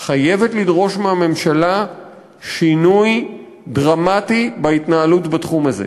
חייבת לדרוש מהממשלה שינוי דרמטי בהתנהלות בתחום הזה.